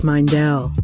Mindell